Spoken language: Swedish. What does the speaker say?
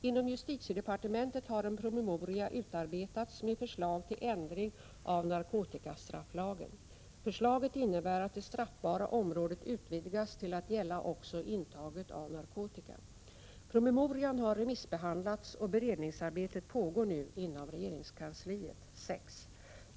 Inom justitiedepartementet har en promemoria utarbetats med förslag till ändring av narkotikastrafflagen. Förslaget innebär att det straffbara området utvidgas till att gälla också intaget av narkotika. Promemorian har remissbehandlats, och beredningsarbetet pågår nu inom regeringskansliet. 6.